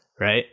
right